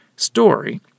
Story